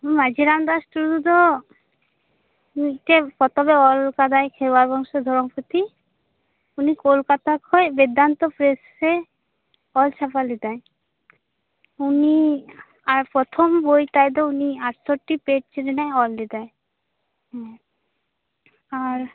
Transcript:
ᱢᱟᱺᱡᱷᱤ ᱨᱟᱢᱫᱟᱥ ᱴᱩᱰᱩ ᱫᱚ ᱢᱤᱫᱴᱟᱝ ᱯᱚᱛᱚᱵᱼᱮ ᱚᱞᱠᱟᱫᱟᱭ ᱠᱷᱮᱨᱣᱟᱲ ᱵᱚᱝᱥᱚ ᱫᱷᱚᱨᱚᱢ ᱯᱩᱛᱷᱤ ᱩᱱᱤ ᱠᱳᱞᱠᱟᱛᱟ ᱠᱷᱚᱡ ᱵᱮᱫᱟᱱᱛᱚ ᱯᱨᱮᱥᱼᱮ ᱚᱞ ᱪᱷᱟᱯᱟ ᱞᱮᱫᱟᱭ ᱩᱱᱤ ᱟᱨ ᱯᱨᱚᱛᱷᱚᱢ ᱵᱳᱭ ᱛᱟᱭᱫᱚ ᱩᱱᱤ ᱟᱴᱥᱚᱴᱴᱤ ᱯᱮᱡ ᱨᱮᱱᱟᱜᱼᱮ ᱚᱞ ᱞᱮᱫᱟᱭ ᱦᱩᱸ ᱟᱨ